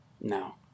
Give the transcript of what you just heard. No